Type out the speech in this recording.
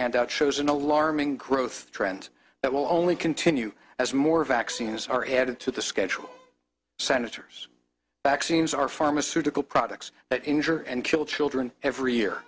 handout shows an alarming growth trend that will only continue as more vaccines are added to the schedule senators back scenes are pharmaceutical products that injure and kill children every year